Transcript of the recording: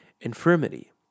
infirmity